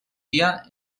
dia